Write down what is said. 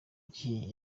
gihe